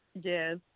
Yes